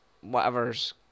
whatever's